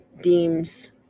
deems